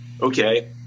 Okay